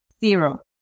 zero